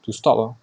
to stop lor